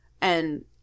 and-